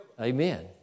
Amen